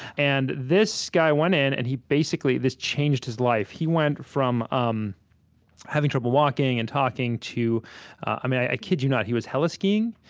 and this guy went in, and he basically this changed his life. he went from um having trouble walking and talking to i kid you not, he was heli-skiing.